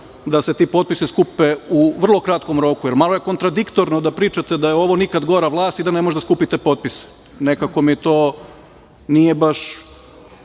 da se ti potpisi skupe u vrlo kratkom roku, jer malo je kontradiktorno da pričate da je ovo nikad gora vlast i da ne možete da skupite potpise. Nekako mi to nije baš